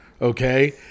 okay